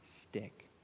stick